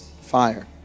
fire